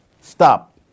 Stop